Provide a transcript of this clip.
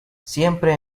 siempre